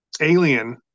alien